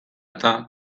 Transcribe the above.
eta